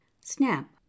snap